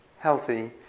healthy